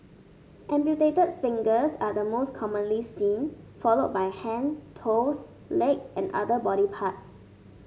amputated fingers are the most commonly seen followed by hand toes leg and other body parts